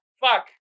fuck